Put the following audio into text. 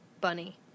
bunny